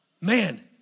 man